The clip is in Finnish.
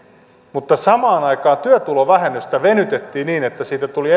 mutta samaan aikaan työtulovähennystä venytettiin niin että siitä tuli